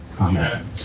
Amen